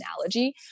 analogy